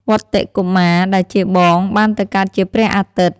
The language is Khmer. វត្តិ កុមារ ដែលជាបងបានទៅកើតជា ព្រះអាទិត្យ។